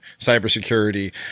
cybersecurity